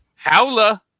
Howla